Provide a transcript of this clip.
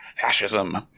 fascism